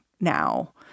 now